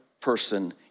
person